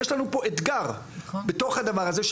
יש לנו פה אתגר בתוך הדבר הזה,